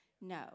No